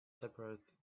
separate